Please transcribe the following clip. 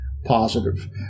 positive